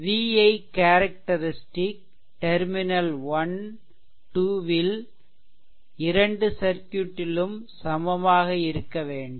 v i characteristic terminal 12 ல் இரண்டு சர்க்யூட்டிலும் சமமாக இருக்க வேண்டும்